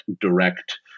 direct